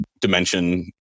dimension